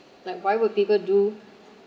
like why would people do